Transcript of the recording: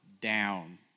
down